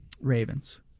Ravens